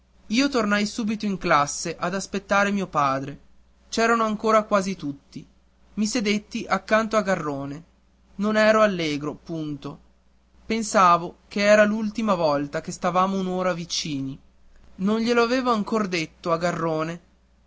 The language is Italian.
io tornai subito in classe ad aspettare mio padre c'erano ancora quasi tutti i sedetti accanto a garrone non ero allegro punto pensavo che era l'ultima volta che stavamo un'ora vicini non glielo avevo ancor detto a garrone